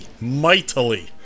Mightily